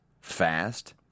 fast